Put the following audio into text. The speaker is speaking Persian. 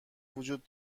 وجود